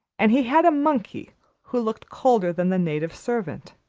and he had a monkey who looked colder than the native servant.